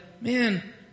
man